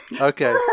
Okay